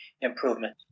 improvement